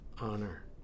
honor